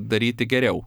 daryti geriau